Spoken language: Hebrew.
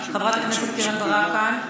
חברת הכנסת קרן ברק כאן?